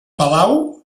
palau